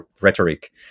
rhetoric